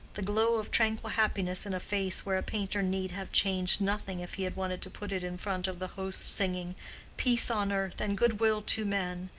the glow of tranquil happiness in a face where a painter need have changed nothing if he had wanted to put it in front of the host singing peace on earth and good will to men,